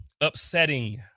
upsetting